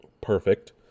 perfect